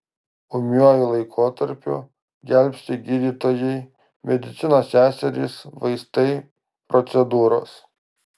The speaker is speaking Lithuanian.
ūmiuoju laikotarpiu gelbsti gydytojai medicinos seserys vaistai procedūros